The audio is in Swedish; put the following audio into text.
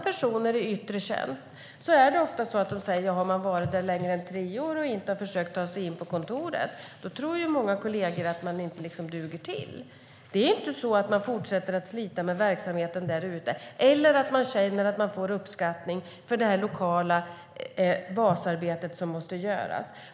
Poliser i yttre tjänst säger ofta att om de har varit på en plats längre än tre år och inte har försökt ta sig in på kontoret tror många kolleger att de inte duger. De som fortsätter att slita med verksamheten på landsbygden känner inte att de får uppskattning för det lokala basarbetet som måste göras.